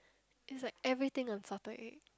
is like everything on salted egg